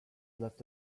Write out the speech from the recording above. left